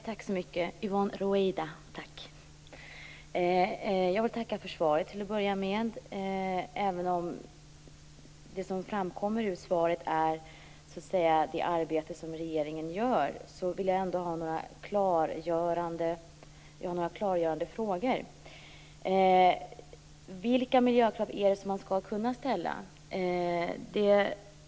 Herr talman! Jag vill tacka för svaret. Även om det arbete som regeringen gör framkommer av svaret vill jag ändå ställa några klargörande frågor. Vilka miljökrav skall man kunna ställa?